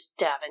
Davin